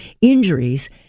injuries